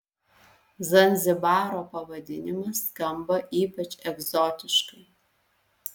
zanzibaro pavadinimas skamba ypač egzotiškai